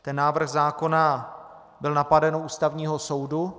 Ten návrh zákona byl napaden u Ústavního soudu.